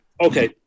okay